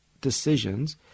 decisions